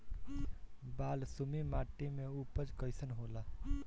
बालसुमी माटी मे उपज कईसन होला?